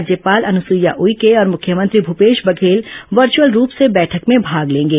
राज्यपाल अनुसुईया उइके और मुख्यमंत्री भूपेश बंघेल वर्चुअल रूप से बैठक में भाग लेंगे